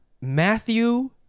Matthew